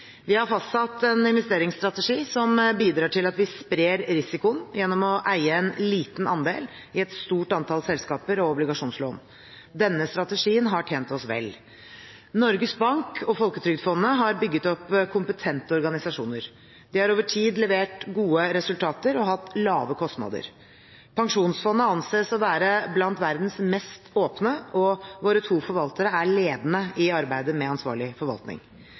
Vi har fastsatt en investeringsstrategi som bidrar til at vi sprer risikoen gjennom å eie en liten andel i et stort antall selskaper og obligasjonslån. Denne strategien har tjent oss vel. Norges Bank og Folketrygdfondet har bygd opp kompetente organisasjoner. De har over tid levert gode resultater og hatt lave kostnader. Pensjonsfondet anses å være blant verdens mest åpne, og våre to forvaltere er ledende i arbeidet med ansvarlig forvaltning.